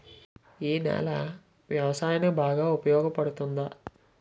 ఈ నేల వ్యవసాయానికి బాగా ఉపయోగపడుతుందా?